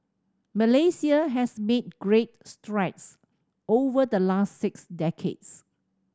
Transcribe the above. Malaysia has made great strides over the last six decades